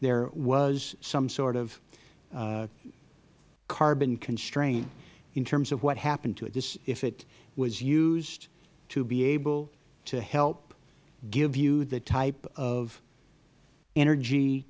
there was some sort of carbon constraint in terms of what happened to it if it was used to be able to help give you the type of energy